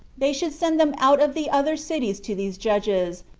they should send them out of the other cities to these judges,